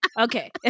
okay